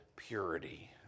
purity